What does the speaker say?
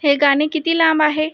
हे गाणे किती लांब आहे